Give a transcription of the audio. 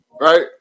Right